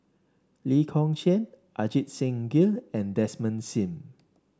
Lee Kong Chian Ajit Singh Gill and Desmond Sim